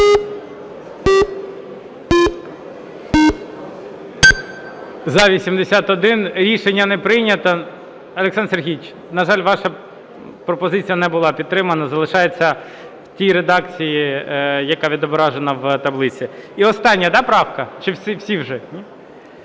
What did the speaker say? За-81 Рішення не прийнято. Олександр Сергійович, на жаль, ваша пропозиція не була підтримана. Залишається в тій редакції, яка відображена в таблиці. І остання, да, правка, чи всі вже?